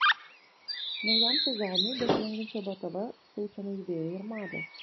naujam sezonui besirengiančioje btv siaučia nauji vėjai ir mados